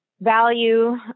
value